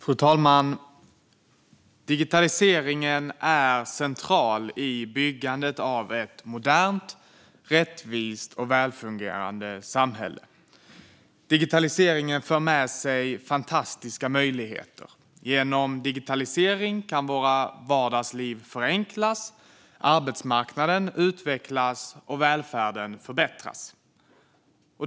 Fru talman! Digitaliseringen är central i byggandet av ett modernt, rättvist och välfungerande samhälle. Digitaliseringen för med sig fantastiska möjligheter. Genom digitalisering kan våra vardagsliv förenklas, arbetsmarknaden utvecklas och välfärden förbättras.